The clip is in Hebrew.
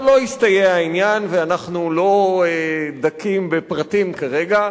אבל לא הסתייע העניין ואנחנו לא דקים בפרטים כרגע.